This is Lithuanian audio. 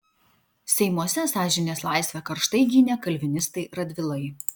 seimuose sąžinės laisvę karštai gynė kalvinistai radvilai